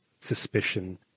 suspicion